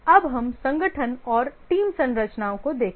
अब हम संगठन और टीम संरचनाओं को देखते हैं